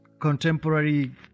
contemporary